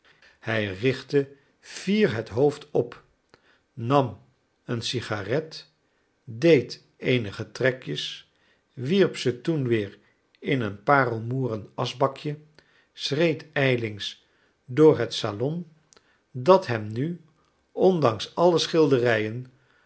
hij richtte fier het hoofd op nam oen cigarette deed eenige trekjes wierp ze toen weer in een paarlmoeren aschbakje schreed ijlings door het salon dat hem nu ondanks alle schilderijen